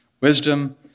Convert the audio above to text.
Wisdom